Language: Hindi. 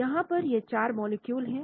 यहां पर यह चार मॉलिक्यूल हैं